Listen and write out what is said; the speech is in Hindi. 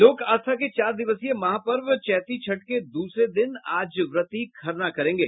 लोक आस्था के चार दिवसीय महापर्व चैती छठ के दूसरे दिन आज व्रती खरना करेंगे